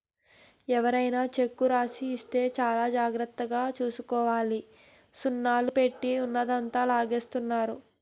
ఎవరికైనా చెక్కు రాసి ఇస్తే చాలా జాగ్రత్తగా చూసుకోవాలి సున్నాలు పెట్టి ఉన్నదంతా లాగేస్తున్నారు